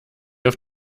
auf